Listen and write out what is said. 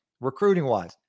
recruiting-wise